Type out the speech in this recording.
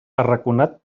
arraconat